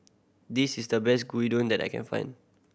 this is the best that I can find